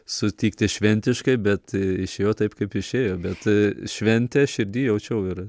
sutikti šventiškai bet išėjo taip kaip išėjo bet šventė širdy jaučiau ir